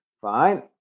Fine